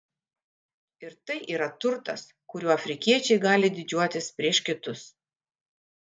ir tai yra turtas kuriuo afrikiečiai gali didžiuotis prieš kitus